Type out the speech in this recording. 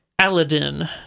Aladdin